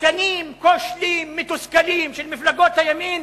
עסקנים כושלים מתוסכלים של מפלגות הימין